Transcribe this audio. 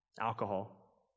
Alcohol